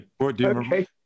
Okay